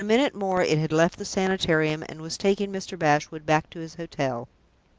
in a minute more it had left the sanitarium and was taking mr. bashwood back to his hotel.